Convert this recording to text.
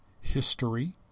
History